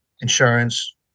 insurance